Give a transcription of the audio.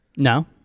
no